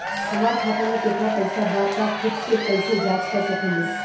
हमार खाता में केतना पइसा बा त खुद से कइसे जाँच कर सकी ले?